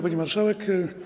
Pani Marszałek!